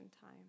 time